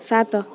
ସାତ